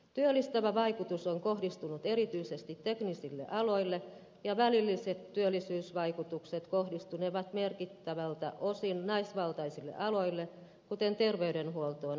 työllistävä vaikutus on kohdistunut erityisesti teknisille aloille ja välilliset työllisyysvaikutukset kohdistunevat merkittävältä osin naisvaltaisille aloille kuten terveydenhuoltoon ja koulutukseen